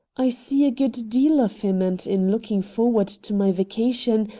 i see a good deal of him, and in looking forward to my vacation,